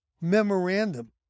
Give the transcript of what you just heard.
memorandum